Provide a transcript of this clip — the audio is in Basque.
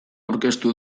aurkeztu